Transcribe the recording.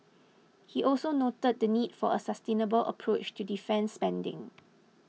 he also noted the need for a sustainable approach to defence spending